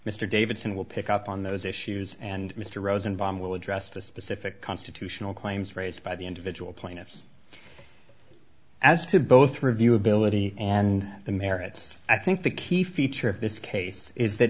mr davidson will pick up on those issues and mr rosenbaum will address the specific constitutional claims raised by the individual plaintiffs as to both review ability and the merit i think the key feature of this case is th